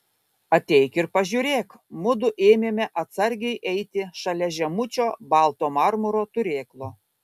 ateik ir pažiūrėk mudu ėmėme atsargiai eiti šalia žemučio balto marmuro turėklo